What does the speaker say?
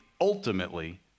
ultimately